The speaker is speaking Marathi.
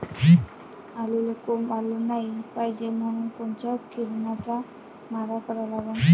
आलूले कोंब आलं नाई पायजे म्हनून कोनच्या किरनाचा मारा करा लागते?